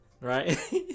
Right